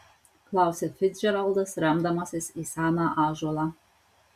klausia ficdžeraldas remdamasis į seną ąžuolą